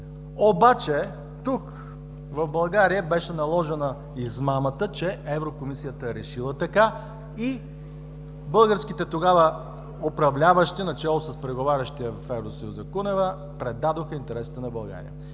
Обаче тук, в България беше наложена измамата, че Еврокомисията е решила така и българските тогава управляващи, начело с преговарящия в Евросъюза – Кунева, предадоха интересите на България.